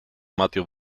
matthew